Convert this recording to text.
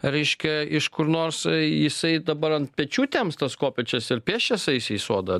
reiškia iš kur nors jisai dabar ant pečių tamps tas kopėčias ir pėsčias eis į sodą